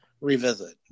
revisit